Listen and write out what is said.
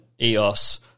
EOS